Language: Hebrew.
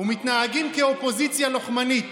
ומתנהגים כאופוזיציה לוחמנית.